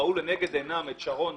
ראו לנגד עיניהם שרון,